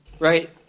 Right